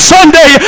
Sunday